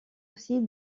aussi